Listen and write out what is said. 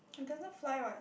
it doesn't fly [what]